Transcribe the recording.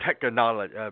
technology